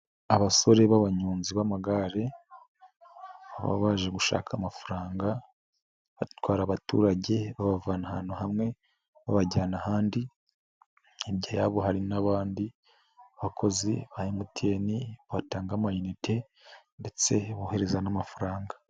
Abasore b'abanyonzi b'amagare baba baje gushaka amafaranga, batwara abaturage babavana ahantu hamwe, babajyana ahandi, hirya yabo hari n'abandi bakozi ba MTN batanga amayinite ndetse bohereza n'amafaranga.